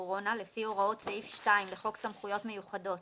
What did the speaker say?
הקורונה לפי הוראות סעיף 2 לחוק סמכויות מיוחדות